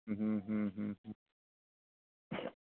ᱦᱩᱸ ᱦᱩᱸ ᱦᱩᱸ ᱦᱩᱸ ᱦᱩᱸ